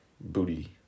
Booty